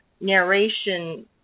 narration